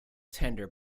tender